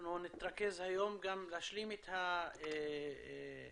אנחנו נתרכז היום בלהשלים את הדיון